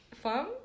farm